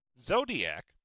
Zodiac